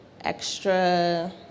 extra